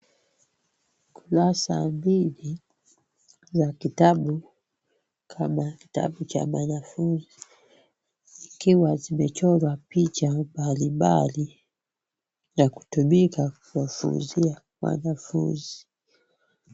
Kurasa hili la kitabu kama kitabu cha mwanafunzi kikiwa kimechorwa picha mbali mbali na kutumika kuwafunzia wanafunzi.